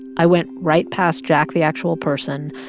i went right past jack, the actual person,